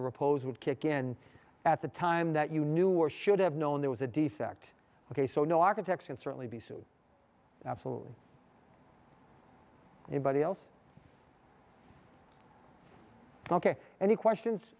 of repose would kick in at the time that you knew or should have known there was a defect ok so no architects and certainly be so absolutely anybody else ok any questions